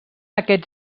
aquests